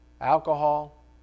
alcohol